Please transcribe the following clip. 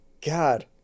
God